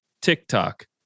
TikTok